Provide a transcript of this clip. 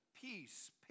peace